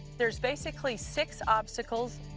there's basically six obstacles,